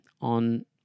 on